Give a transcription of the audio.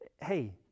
Hey